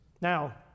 now